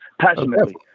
passionately